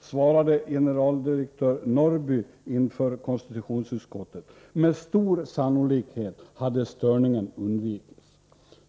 svarade generaldirektör Norrby inför konstitutionsutskottet: Med stor sannolikhet hade störningen undvikits.